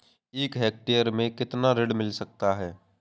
एक हेक्टेयर में कितना ऋण मिल सकता है?